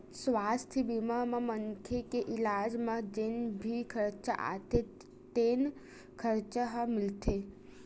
सुवास्थ बीमा म मनखे के इलाज म जेन भी खरचा आथे तेन खरचा ह मिलथे